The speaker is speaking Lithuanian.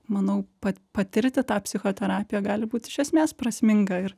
manau pa patirti tą psichoterapiją gali būt iš esmės prasminga ir